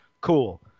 cool